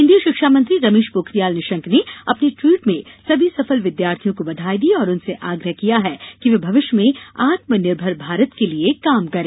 केन्द्रीय शिक्षा मंत्री रमेश पोखरियाल निशंक ने अपने ट्वीट में समी सफल विद्यार्थियों को बधाई दी और उनसे आग्रह किया है कि ये भविष्य में आत्मनिर्भर भारत के लिए काम करें